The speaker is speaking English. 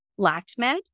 LactMed